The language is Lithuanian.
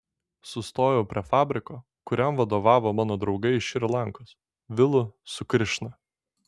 sustojau prie fabriko kuriam vadovavo mano draugai iš šri lankos vilu su krišna